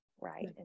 right